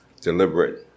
deliberate